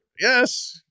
Yes